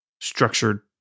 structured